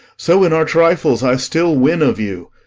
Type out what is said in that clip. so in our trifles i still win of you.